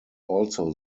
also